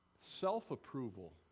self-approval